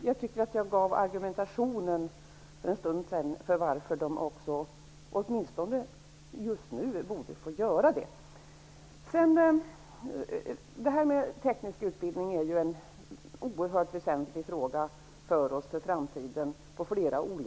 Jag tycker att jag för en stund sedan argumenterade för att dessa skolor, åtminstone just nu, borde få göra det. Frågan om teknisk utbildning är oerhört väsentlig för oss på flera olika sätt med tanke på framtiden.